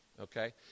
okay